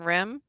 Rim